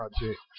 Project